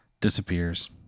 disappears